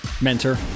mentor